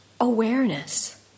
awareness